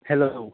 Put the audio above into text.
hello